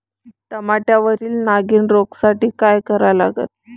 टमाट्यावरील नागीण रोगसाठी काय करा लागन?